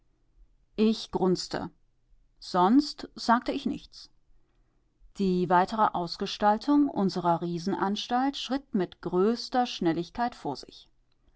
ich grunzte sonst sagte ich nichts die weitere ausgestaltung unserer riesenanstalt schritt mit größter schnelligkeit vor sich